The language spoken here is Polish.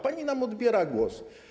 Pani nam odbiera głos.